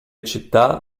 città